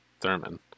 Thurman